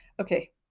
Okay